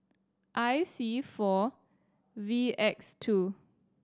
I C four V X two